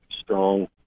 strong